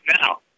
now